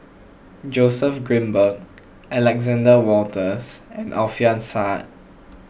Joseph Grimberg Alexander Wolters and Alfian Sa